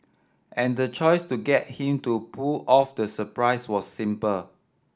and the choice to get him to pull off the surprise was simple